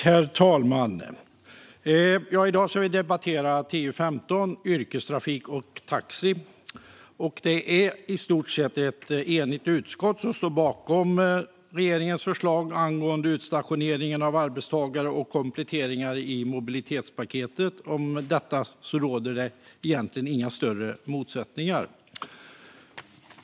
Herr talman! I dag ska vi debattera TU15 Yrkestrafik och taxi , och det är ett i stort sett enigt utskott som står bakom regeringens förslag angående utstationering av arbetstagare och kompletteringar i mobilitetspaketet. Om detta råder det egentligen inga större motsättningar.